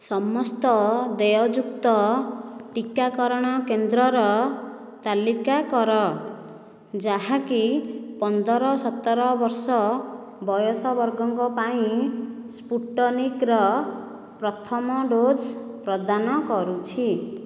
ସମସ୍ତ ଦେୟଯୁକ୍ତ ଟିକାକରଣ କେନ୍ଦ୍ରର ତାଲିକା କର ଯାହାକି ପନ୍ଦର ସତର ବର୍ଷ ବୟସ ବର୍ଗଙ୍କ ପାଇଁ ସ୍ପୁଟନିକ୍ର ପ୍ରଥମ ଡୋଜ୍ ପ୍ରଦାନ କରୁଛି